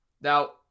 Now